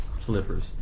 slippers